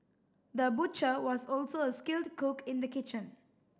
the butcher was also a skilled cook in the kitchen